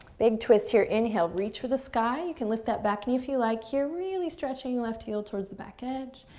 big twist here, inhale, reach for the sky. you can lift that back knee, if you like, here, really stretching left heel towards the back edge.